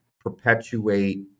perpetuate